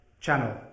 channel